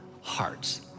hearts